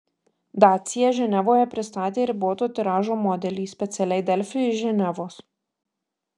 dacia ženevoje pristatė riboto tiražo modelį specialiai delfi iš ženevos